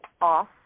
off